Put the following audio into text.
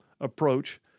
approach